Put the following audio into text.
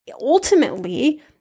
Ultimately